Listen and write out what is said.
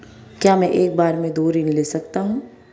क्या मैं एक बार में दो ऋण ले सकता हूँ?